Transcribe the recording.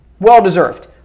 Well-deserved